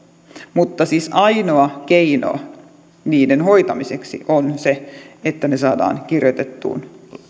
mutta siis ainoa keino niiden hoitamiseksi on se että ne saadaan kirjoitettua